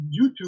YouTube